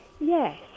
Yes